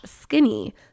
skinny